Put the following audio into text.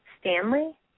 Stanley